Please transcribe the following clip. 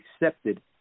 accepted